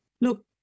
Look